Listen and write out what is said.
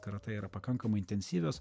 karatė yra pakankamai intensyvios